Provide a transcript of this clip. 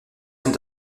sont